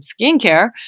skincare